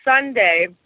Sunday